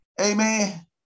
Amen